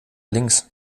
links